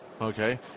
Okay